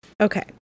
Okay